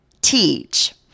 teach